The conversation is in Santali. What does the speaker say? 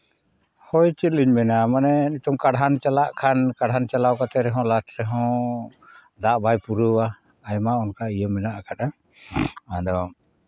ᱦᱳᱭ ᱪᱮᱫ ᱞᱤᱧ ᱢᱮᱱᱟ ᱢᱟᱱᱮ ᱱᱤᱛᱚᱝ ᱠᱟᱬᱦᱟᱱ ᱪᱟᱞᱟᱜ ᱠᱷᱟᱱ ᱠᱟᱬᱦᱟᱱ ᱪᱟᱞᱟᱣ ᱠᱟᱛᱮᱫ ᱨᱮᱦᱚᱸ ᱞᱟᱠᱷ ᱨᱮᱦᱚᱸ ᱫᱟᱜ ᱵᱟᱭ ᱯᱩᱨᱟᱹᱣᱟ ᱟᱭᱢᱟ ᱚᱱᱠᱟ ᱤᱭᱟᱹ ᱢᱮᱱᱟᱜ ᱠᱟᱫᱟ ᱟᱫᱚ